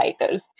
writers